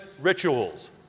rituals